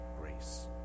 grace